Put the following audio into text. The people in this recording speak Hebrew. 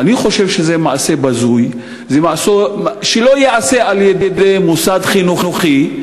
אני חושב שזה מעשה בזוי שלא ייעשה על-ידי מוסד חינוכי,